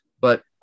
But-